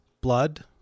Blood